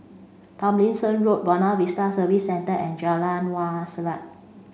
Tomlinson Road Buona Vista Service Centre and Jalan Wak Selat